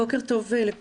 בוקר טוב לכולם.